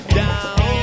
down